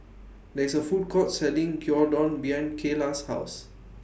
There IS A Food Court Selling Gyudon behind Cayla's House